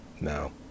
No